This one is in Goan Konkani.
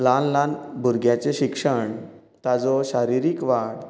ल्हान ल्हान भुरग्याचें शिक्षण ताजो शारिरीक वाड